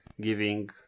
Giving